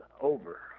over